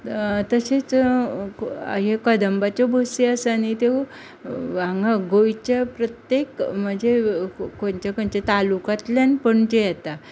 तशेंच ह्यो कदंबाच्यो बसी आसा न्ही त्यो हांगा गोंयच्या प्रत्येक म्हणजे खंयच्या खंयच्या तालुक्यांतल्यान पणजे येतात